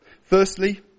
Firstly